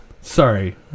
sorry